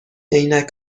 عینک